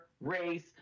race